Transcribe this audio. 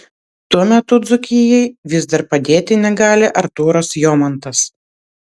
tuo metu dzūkijai vis dar padėti negali artūras jomantas